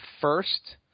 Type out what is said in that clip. first